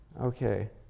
Okay